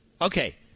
Okay